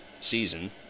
season